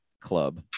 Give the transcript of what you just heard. Club